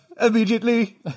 immediately